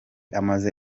amaze